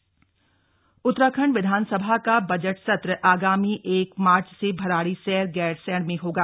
विधानसभा सत्र उत्तराखंड विधानसभा का बजट सत्र आगामी एक मार्च से भराड़ीसेंण गैरसेंण में होगा